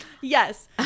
yes